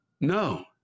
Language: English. No